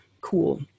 cool